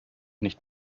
nicht